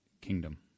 kingdom